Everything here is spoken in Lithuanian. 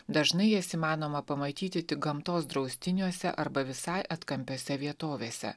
dažnai jas įmanoma pamatyti tik gamtos draustiniuose arba visai atkampiose vietovėse